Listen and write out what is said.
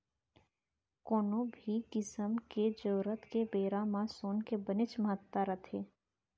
कोनो भी किसम के जरूरत के बेरा म सोन के बनेच महत्ता रथे